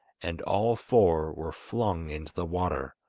and all four were flung into the water.